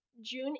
June